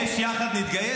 יש "יחד נתגייס".